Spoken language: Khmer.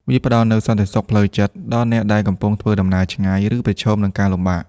វាផ្ដល់នូវសន្តិសុខផ្លូវចិត្តដល់អ្នកដែលកំពុងធ្វើដំណើរឆ្ងាយ ឬប្រឈមនឹងការលំបាក។